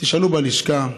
תשאלו בלשכה,